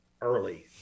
early